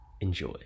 Enjoy